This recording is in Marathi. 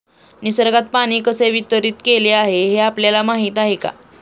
निसर्गात पाणी कसे वितरीत केलेले आहे हे आपल्याला माहिती आहे का?